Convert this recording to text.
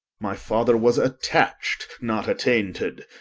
my father was attached, not attainted,